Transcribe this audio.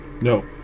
No